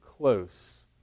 Close